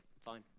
Fine